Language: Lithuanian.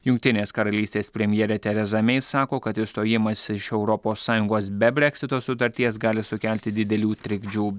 jungtinės karalystės premjerė tereza mei sako kad išstojimas iš europos sąjungos be breksito sutarties gali sukelti didelių trikdžių